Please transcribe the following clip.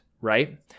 right